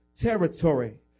territory